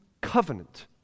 covenant